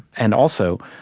and also,